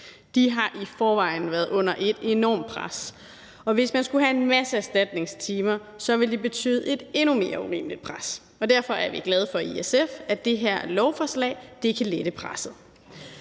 De har i forvejen været under et enormt pres, og hvis man skulle have en masse erstatningstimer, ville det betyde et endnu mere urimeligt pres. Derfor er vi glade for i SF, at det her lovforslag kan lette presset.